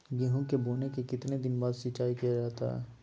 गेंहू के बोने के कितने दिन बाद सिंचाई किया जाता है?